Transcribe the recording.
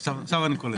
אה, עכשיו אני קולט.